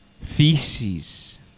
feces